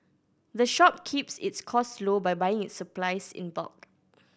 the shop keeps its cost low by buying its supplies in bulk